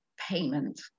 payment